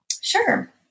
Sure